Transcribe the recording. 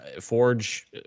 Forge